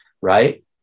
Right